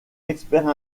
expert